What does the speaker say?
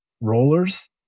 rollers